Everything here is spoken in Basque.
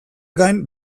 gain